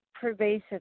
pervasive